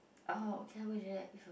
orh okay